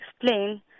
explain